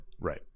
right